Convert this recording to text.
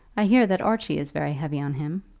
i hear that archie is very heavy on him.